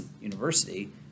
university